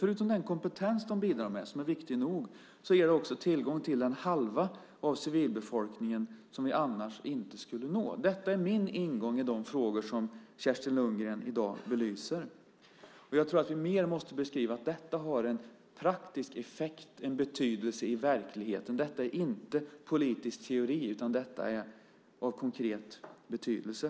Förutom den kompetens som de bidrar med, som är viktig nog, ger detta tillgång till den halva av civilbefolkningen som vi annars inte skulle nå. Detta är min ingång i de frågor som Kerstin Lundgren i dag belyser. Jag tror att vi mer måste beskriva att detta har en praktisk effekt och en betydelse i verkligheten. Detta är inte politisk teori, utan det har konkret betydelse.